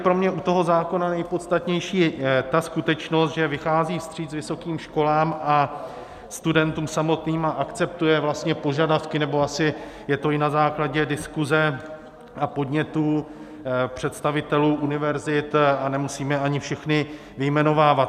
Pro mě je u toho zákona nejpodstatnější ta skutečnost, že vychází vstříc vysokým školám a studentům samotným a akceptuje vlastně požadavky, nebo asi je to i na základě diskuze a podnětů představitelů univerzit a nemusíme je ani všechny vyjmenovávat.